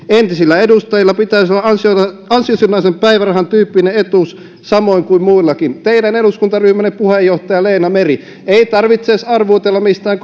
entisillä edustajilla pitäisi olla ansiosidonnaisen päivärahan tyyppinen etuus samoin kuin muillakin teidän eduskuntaryhmänne puheenjohtaja leena meri ei tarvitse edes arvuutella mistään